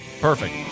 Perfect